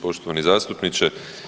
Poštovani zastupniče.